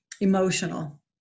emotional